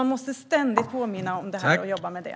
Vi måste ständigt påminna om det här och jobba med det.